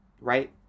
right